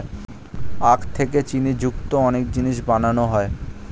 আখ থেকে চিনি যুক্ত অনেক জিনিস বানানো হয়